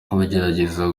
bagerageza